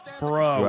bro